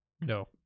no